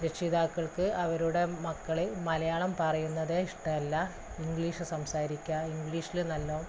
രക്ഷിതാക്കൾക്ക് അവരുടെ മക്കൾ മലയാളം പറയുന്നത് ഇഷ്ടമല്ല ഇംഗ്ലീഷ് സംസാരിക്കുക ഇംഗ്ലീഷിൽ നല്ലോണം